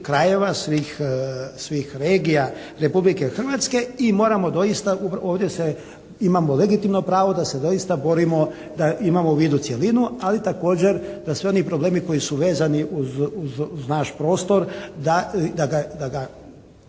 krajeva, svih regija Republike Hrvatske i moramo doista ovdje se, imamo legitimno pravo da se doista borimo, imamo vidnu cjelinu ali također svi oni problemi koji su vezani uz naš prostor da ga